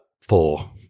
four